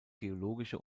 geologische